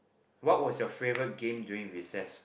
what was your favourite game during recess